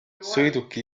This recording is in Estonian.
sõiduki